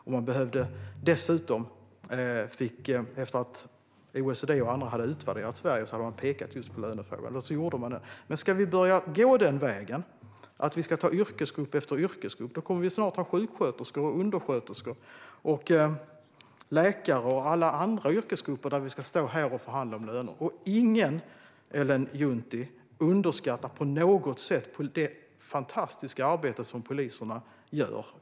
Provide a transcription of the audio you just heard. Det handlade dessutom om att OECD och andra hade utvärderat Sverige och pekat just på lönefrågan. Därför gjorde man detta. Men om vi ska börja gå denna väg och ta yrkesgrupp efter yrkesgrupp kommer vi snart att ha sjuksköterskor, undersköterskor, läkare och alla andra yrkesgrupper som vi ska stå här och förhandla om löner för. Ingen, Ellen Juntti, underskattar på något sätt det fantastiska arbete som poliserna gör.